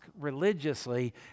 religiously